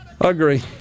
Agree